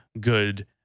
good